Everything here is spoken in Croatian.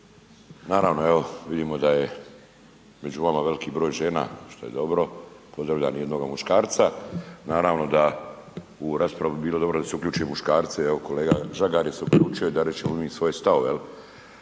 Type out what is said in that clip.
naravno evo vidimo da je među vama veliki broj žena, što je dobro, pozdravljam i jednoga muškarca, naravno da u raspravu bi bilo dobro da se uključi muškarce, evo kolega Žagar je se uključio da rečemo mi svoje stavove